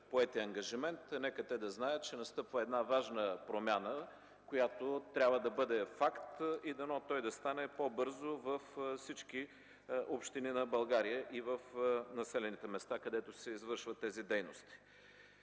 поетият ангажимент. Нека те да знаят, че настъпва важна промяна, която трябва да бъде факт и дано той да стане по-бързо във всички общини на България и в населените места, където се извършват тези дейности.